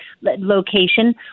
location